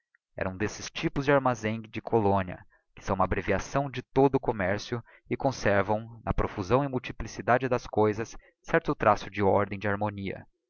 era um d'esses typos de armazém de colónia que são uma abreviação de todo o commercio e conservam na profusão e multiplicidade das coisas certo traço de ordem e de harmonia